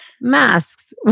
masks